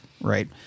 Right